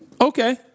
okay